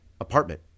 apartment